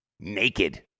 Naked